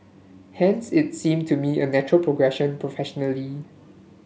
hence it seem to me a natural progression professionally